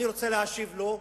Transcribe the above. אני רוצה להשיב לו: